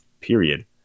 period